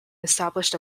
established